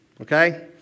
Okay